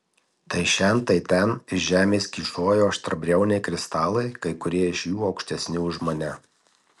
tai šen tai ten iš žemės kyšojo aštriabriauniai kristalai kai kurie iš jų aukštesni už mane